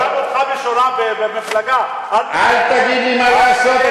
זה, אותך בשורה במפלגה, אל, אל תגיד לי מה לעשות.